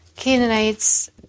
Canaanites